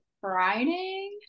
Friday